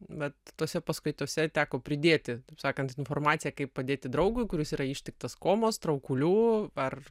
bet tose paskaitose teko pridėti taip sakant informaciją kaip padėti draugui kuris yra ištiktas komos traukulių ar